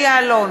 משה יעלון,